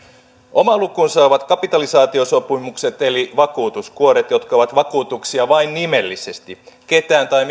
oma lukunsa ovat kapitalisaatiosopimukset eli vakuutuskuoret jotka ovat vakuutuksia vain nimellisesti ketään tai